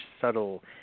subtle